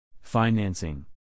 Financing